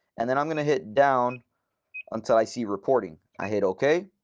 and then i'm going to hit down until i see reporting. i hit ok,